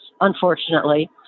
unfortunately